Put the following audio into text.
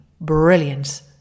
brilliant